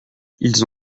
ils